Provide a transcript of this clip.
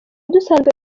dusanzwe